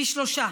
פי שלושה,